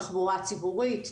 תחבורה ציבורית,